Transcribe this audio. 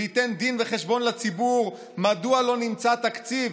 וייתן דין וחשבון לציבור מדוע לא נמצא תקציב,